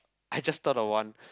I just thought of one